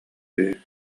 үһү